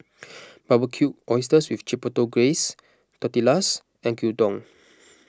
Barbecued Oysters with Chipotle Glaze Tortillas and Gyudon